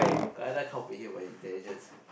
I everytime kao pei him but he then he just